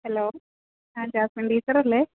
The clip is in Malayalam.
ഹലോ അ ജാസ്മിൻ ടീച്ചറല്ലേ